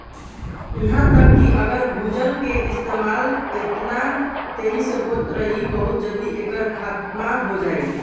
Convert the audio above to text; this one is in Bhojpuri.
इहा तक कि अगर भूजल के इस्तेमाल एतना तेजी से होत रही बहुत जल्दी एकर खात्मा हो जाई